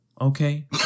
okay